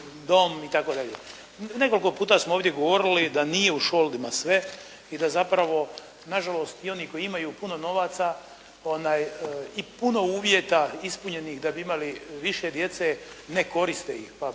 Nekoliko puta smo ovdje govorili da nije u šoldima sve i da zapravo na žalost i oni koji imaju puno novaca i puno uvjeta ispunjenih da bi imali više djece, ne koriste ih pa